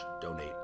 donate